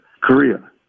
Korea